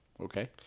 okay